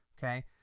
Okay